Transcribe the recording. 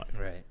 Right